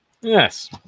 Yes